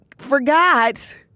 Forgot